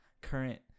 current